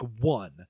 one